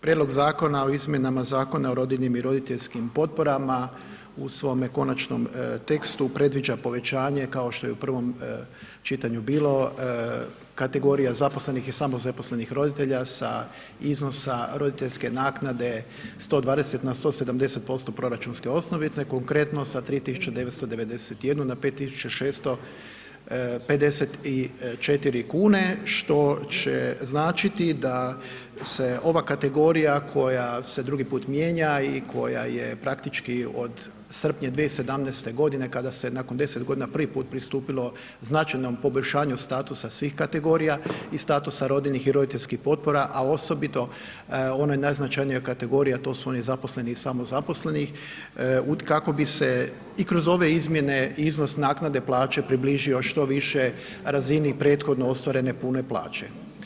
Prijedlog Zakona o izmjenama Zakona o rodiljnim i roditeljskim potporama u svome konačnom tekstu predviđa povećanje kao što je i u prvom čitanju bilo kategorija zaposlenih i samozaposlenih roditelja sa iznosa roditeljske naknade 120 na 170% proračunske osnovice, konkretno sa 3.991 na 5.654 kune što će značiti da se ova kategorija koja se drugi put mijenja i koja je praktički od srpnja 2017. godine kada se nakon 10 godina prvi puta pristupilo značajnom poboljšanju statusa svih kategorija i statusa rodiljnih i roditeljskih potpora, a osobito ona najznačajnija kategorija to su oni zaposleni i samozaposleni u, kako bi se i kroz ove izmjene iznos naknade plaće približio što više razini prethodno ostvarene pune plaće.